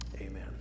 amen